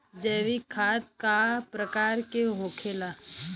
जैविक खाद का प्रकार के होखे ला?